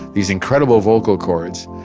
these incredible vocal chords,